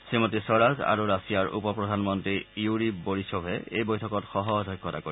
শ্ৰীমতী স্বৰাজ আৰু ৰাছিয়াৰ উপ প্ৰধানমন্তী য়ুৰি বৰিছভে এই বৈঠকত সহঃঅধ্যক্ষতা কৰিব